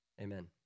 Amen